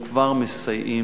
הם כבר מסייעים.